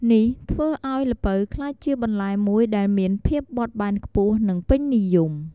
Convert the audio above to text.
នេះធ្វើឲ្យល្ពៅក្លាយជាបន្លែមួយដែលមានភាពបត់បែនខ្ពស់ និងពេញនិយម។